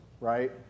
right